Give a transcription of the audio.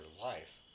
life